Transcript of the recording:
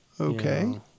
Okay